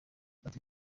ati